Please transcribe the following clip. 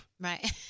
Right